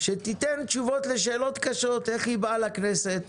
שתיתן תשובות לשאלות קשות איך היא באה לכנסת